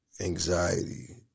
anxiety